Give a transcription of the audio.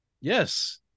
Yes